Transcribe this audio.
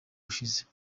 ushize